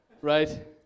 Right